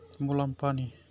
मुलाम्फानि